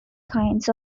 kinds